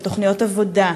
על תוכניות עבודה,